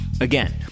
Again